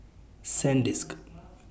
Sandisk